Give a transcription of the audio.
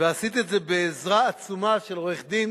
ועשית את זה בעזרה עצומה של עורך-דין